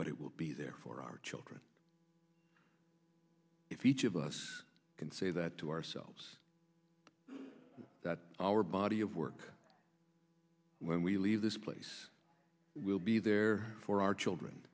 but it will be there for our children if each of us can say that to ourselves that our body of work when we leave this place will be there for our children